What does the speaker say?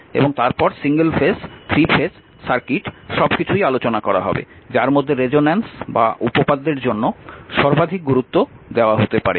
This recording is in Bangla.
এবং তারপর single phase three phase circuit সবকিছুই আলোচনা করা হবে যার মধ্যে রেজোন্যান্স বা উপপাদ্যের জন্য সর্বাধিক গুরুত্ব দেওয়া হতে পারে